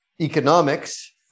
economics